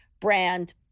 brand